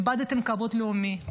איבדתם את הכבוד הלאומי,